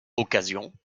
occasion